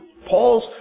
Paul's